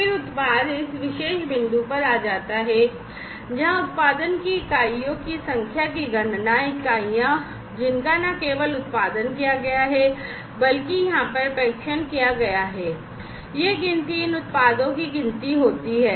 फिर उत्पाद इस विशेष बिंदु पर आ जाता है जहां उत्पादन की इकाइयों की संख्या की गणना इकाइयां जिनका न केवल उत्पादन किया गया है बल्कि यहां पर परीक्षण किया गया है कि यह गिनती इन उत्पादों की गिनती होती है